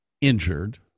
injured